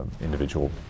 individual